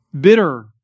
bitter